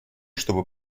чтобы